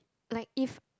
like if